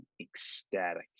ecstatic